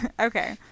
Okay